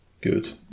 Good